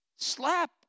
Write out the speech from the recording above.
slap